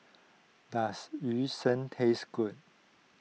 does Yu Sheng taste good